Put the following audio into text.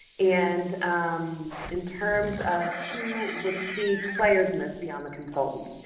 and um in terms of who were the key players in this beyond the consultants.